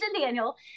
Daniel